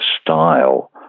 style